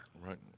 Right